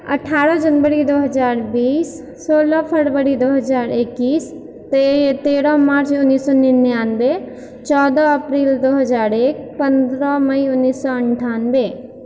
अठारह जनवरी दू हजार बीस सोलह फरवरी दू हजार एकैस तेरह मार्च उन्नैस सए निनानबे चौदह अप्रील दू हजार एक पन्द्रह मई उन्नैस सए अन्ठानबे